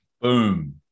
Boom